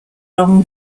long